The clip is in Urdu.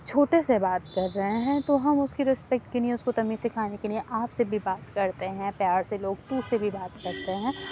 چھوٹے سے بات کر رہے ہیں تو ہم اس کی رسپیکٹ کے لیے اس کو تمیز سکھانے کے لیے آپ سے بھی بات کرتے ہیں پیار سے لوگ تُو سے بھی بات کرتے ہیں